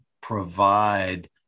provide